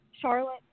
Charlotte